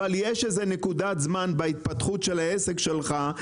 אבל יש איזה נקודת זמן בהתפתחות של העסק שלך,